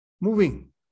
moving